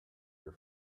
your